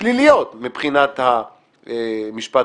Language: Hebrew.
פליליות מבחינת המשפט